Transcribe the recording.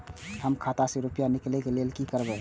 हम खाता से रुपया निकले के लेल की करबे?